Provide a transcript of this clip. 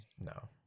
No